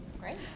Great